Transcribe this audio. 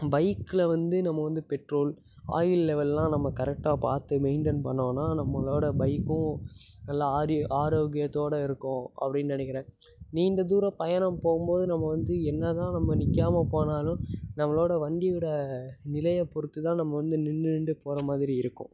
பைக்கில் வந்து நம்ம வந்து பெட்ரோல் ஆயில் லெவலெல்லாம் நம்ம கரெக்டாக பார்த்து மெயின்டென் பண்ணிணோன்னா நம்மளோடய பைக்கும் நல்லா ஆரு ஆரோக்கியத்தோடு இருக்கும் அப்படின்னு நினைக்கிறேன் நீண்ட தூரம் பயணம் போகும் போது நம்ம வந்து என்ன தான் நம்ம நிற்காம போனாலும் நம்மளோடய வண்டியோடய நிலையை பொறுத்து தான் நம்ம வந்து நின்று நின்று போகிற மாதிரி இருக்கும்